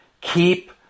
Keep